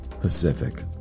Pacific